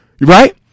Right